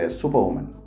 superwoman